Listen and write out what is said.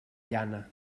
llana